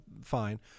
fine